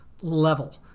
level